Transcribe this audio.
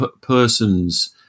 person's